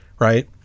right